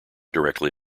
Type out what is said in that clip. directly